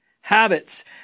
Habits